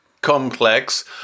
complex